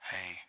Hey